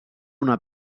una